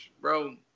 Bro